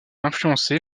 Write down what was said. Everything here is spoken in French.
influencés